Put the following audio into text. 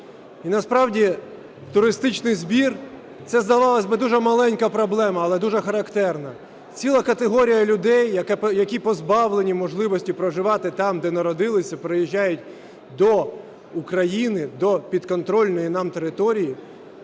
І насправді туристичний збір – це, здавалось би, дуже маленька проблема, але дуже характерна. Ціла категорія людей, які позбавлені можливості проживати там, де народилися, переїжджають до України, до підконтрольної нам території,